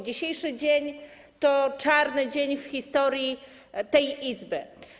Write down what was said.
Dzisiejszy dzień to czarny dzień w historii tej Izby.